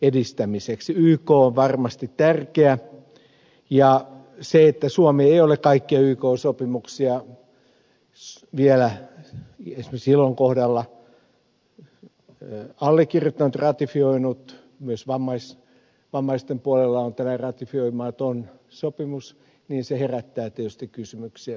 yk on varmasti tärkeä ja se että suomi ei ole kaikkia ykn sopimuksia vielä esimerkiksi ilon kohdalla allekirjoittanut ratifioinut myös vammaisten puolella on tällainen ratifioimaton sopimus herättää tietysti kysymyksiä miksi